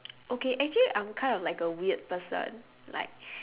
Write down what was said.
okay actually I'm kind of like a weird person like